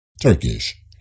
Turkish